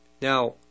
Now